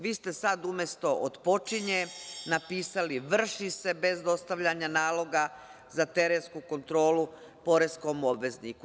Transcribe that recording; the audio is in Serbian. Vi ste sada umesto – otpočinje napisali – vrši se bez dostavljanja naloga za terensku kontrolu poreskom obvezniku.